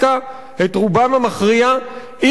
אי-אפשר להחזיר למקומות המוצא.